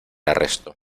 arresto